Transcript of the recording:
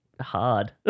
hard